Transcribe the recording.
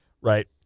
Right